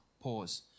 Pause